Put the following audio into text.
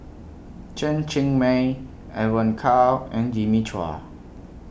Chen Cheng Mei Evon Kow and Jimmy Chua